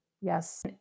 Yes